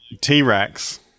T-Rex